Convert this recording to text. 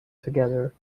together